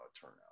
turnout